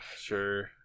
Sure